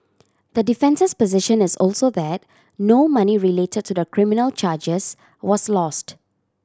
the defence's position is also that no money relate to the criminal charges was lost